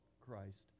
Christ